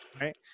right